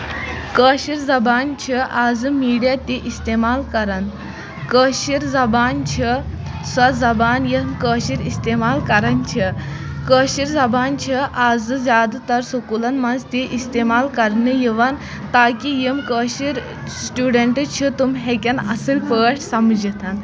کٲشِر زَبان چھِ آزٕ میٖڈیا تہِ اِستعمال کران کٲشِر زَبان چھِ سۄ زَبان یِم کٲشِر اِستعمال کران چھِ کٲشِر زَبان چھِ آز زیادٕ تر سکوٗلن منٛز تہِ اِستعمال کرنہٕ یِوان تاکہِ یِم کٲشِر سٹوٗڈںٹ چھِ تِم ہٮ۪کن اَصٕل پٲٹھۍ سَمجتھ